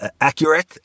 accurate